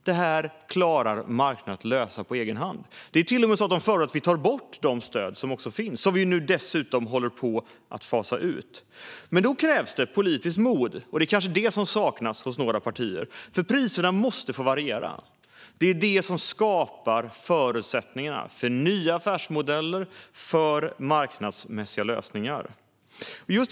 Detta klarar marknaden att lösa på egen hand. De föreslår till och med att vi ska ta bort de stöd som finns, som vi nu dessutom håller på att fasa ut. Men då krävs det politiskt mod, och det är kanske det som saknas hos några partier. Priserna måste få variera. Det är detta som skapar förutsättningar för nya affärsmodeller och marknadsmässiga lösningar.